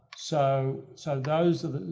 so, so those are,